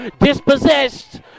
dispossessed